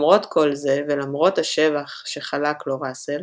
למרות כל זה, ולמרות השבח שחלק לו ראסל,